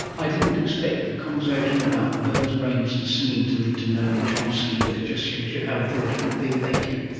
i didn't expect the and conversation about birds' brains and singing to lead to noam chomsky, but it just shows you how broad it can be, thank you.